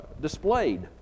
displayed